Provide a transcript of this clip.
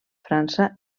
frança